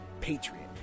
patriot